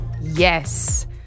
yes